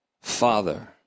father